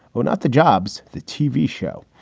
not the jobs, the tv show.